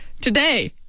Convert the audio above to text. Today